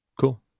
Cool